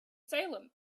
salem